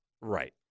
Right